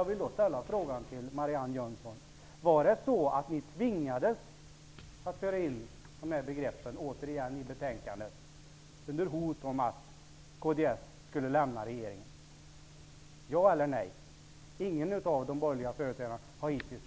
Jag vill då ställa frågan till Marianne Jönsson: Var det så att ni tvingades att föra in dessa begrepp återigen i betänkandet under hot om att kds skulle lämna regeringen -- ja eller nej? Ingen av de borgerliga företrädarna har hittills